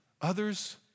Others